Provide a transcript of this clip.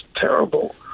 terrible